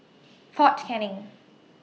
Fort Canning